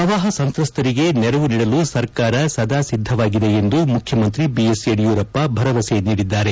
ಪ್ರವಾಹ ಸಂತ್ರಸ್ತರಿಗೆ ನೆರವು ನೀಡಲು ಸರ್ಕಾರ ಸದಾ ಸಿದ್ದವಾಗಿದೆ ಎಂದು ಮುಖ್ಯಮಂತ್ರಿ ಬಿಎಸ್ ಯಡಿಯೂರಪ್ಪ ಭರವಸೆ ನೀಡಿದ್ದಾರೆ